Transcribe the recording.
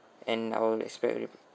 and I would expect already